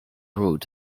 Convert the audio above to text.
road